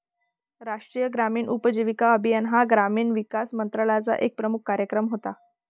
राष्ट्रीय ग्रामीण उपजीविका अभियान हा ग्रामीण विकास मंत्रालयाचा एक प्रमुख कार्यक्रम होता